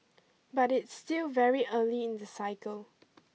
but it's still very early in the cycle